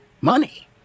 Money